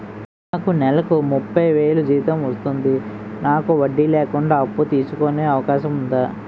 నాకు నేలకు ముప్పై వేలు జీతం వస్తుంది నాకు వడ్డీ లేకుండా అప్పు తీసుకునే అవకాశం ఉందా